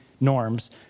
norms